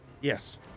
Yes